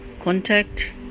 Contact